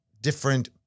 different